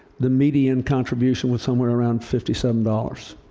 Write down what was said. the median contribution was somewhere around fifty seven dollars.